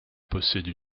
possède